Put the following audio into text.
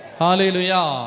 hallelujah